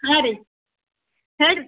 ಹಾಂ ರೀ ಹೇಳಿರಿ